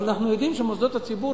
אבל אנחנו יודעים שמוסדות הציבור